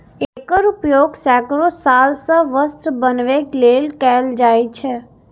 एकर उपयोग सैकड़ो साल सं वस्त्र बनबै लेल कैल जाए छै